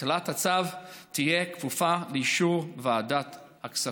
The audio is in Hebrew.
הטלת הצו תהיה כפופה לאישור ועדת הכספים.